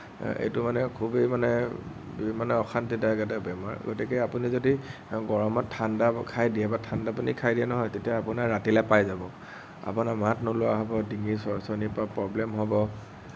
এইটো মানে খুবেই মানে অশান্তিদায়ক এটা বেমাৰ গতিকে আপুনি যদি গৰমত ঠাণ্ডা খাই দিয়ে বা ঠাণ্ডা পানী খাই দিয়ে নহয় তেতিয়া আপোনাৰ ৰাতিলে পাই যাব আপোনাৰ মাত নোলোৱা হ'ব ডিঙিৰ চৰচৰনিৰ পৰা প্ৰব্লেম হ'ব